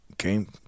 came